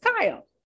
Kyle